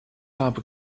habe